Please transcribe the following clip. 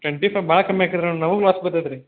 twenty five ಭಾಳ ಕಮ್ಮಿ ಆಗ್ತದೆ ರೀ ಮೇಡಮ್ ನಮ್ಗೆ ಲಾಸ್ ಬರ್ತದೆ ರೀ